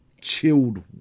chilled